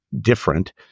different